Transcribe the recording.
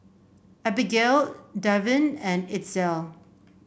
Abigale Davin and Itzel